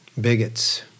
bigots